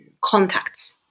contacts